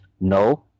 no